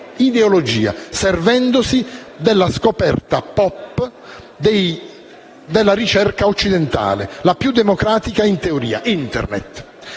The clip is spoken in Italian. ideologia, servendosi della scoperta *pop* della ricerca occidentale, la più democratica in teoria: Internet.